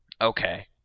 Okay